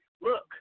Look